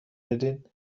بدین